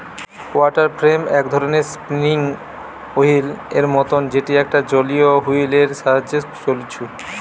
water frame এক ধরণের spinning wheel এর মতন যেটি একটা জলীয় ওহীল এর সাহায্যে ছলছু